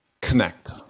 connect